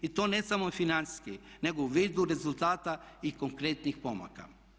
I to ne samo financijski nego u vidu rezultata i konkretnih pomaka.